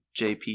JP